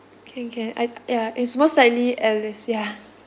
can can I ya it's most likely alice ya